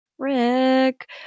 Rick